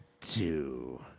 two